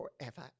forever